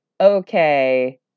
Okay